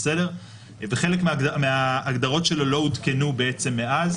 וחלק מההגדרות שלו לא עודכנו בעצם מאז.